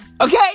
Okay